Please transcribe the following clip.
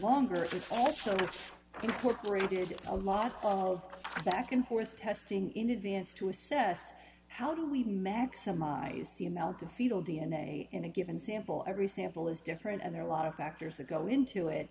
also incorporated a lot of back and forth testing in advance to assess how do we maximize the amount of fetal d n a in a given sample every sample is different and there are a lot of factors that go into it